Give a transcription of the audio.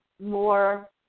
more